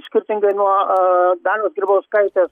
skirtingai nuo a dalios grybauskaitės